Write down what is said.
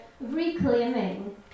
reclaiming